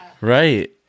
Right